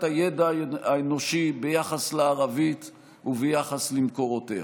הידע האנושי ביחס לערבית וביחס למקורותיה.